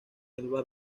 elba